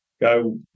go